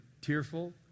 tearful